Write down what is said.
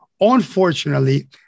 Unfortunately